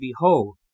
behold